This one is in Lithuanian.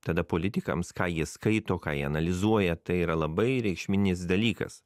tada politikams ką jie skaito ką jie analizuoja tai yra labai reikšminis dalykas